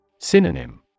Synonym